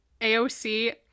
AOC